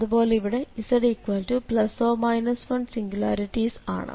അതുപോലെ ഇവിടെ z±1സിംഗുലാരിറ്റീസ് ആണ്